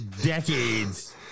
decades